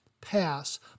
pass